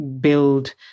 build